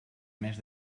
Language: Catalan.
més